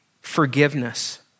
forgiveness